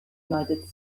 united